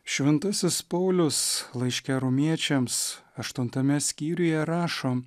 šventasis paulius laiške romiečiams aštuntame skyriuje rašo